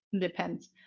depends